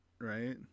Right